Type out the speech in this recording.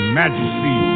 majesty